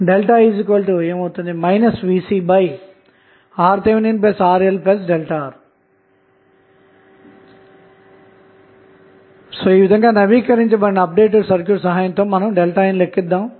I VcRThRLR కాబట్టి నవీకరించబడిన circuit సహాయంతో మీరు I ని లెక్కించవచ్చు